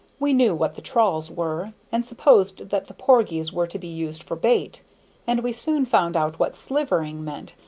we knew what the trawls were, and supposed that the porgies were to be used for bait and we soon found out what slivering meant,